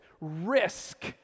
Risk